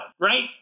right